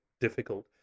difficult